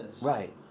Right